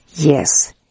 Yes